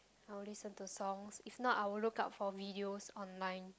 I will listen to songs if not I will look up for videos online